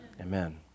Amen